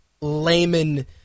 layman